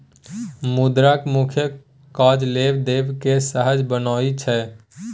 मुद्राक मुख्य काज लेब देब केँ सहज बनेनाइ छै